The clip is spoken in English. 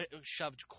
shoved